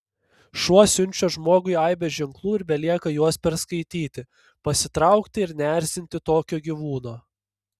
šuo siunčia žmogui aibę ženklų ir belieka juos perskaityti pasitraukti ir neerzinti tokio gyvūno